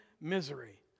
misery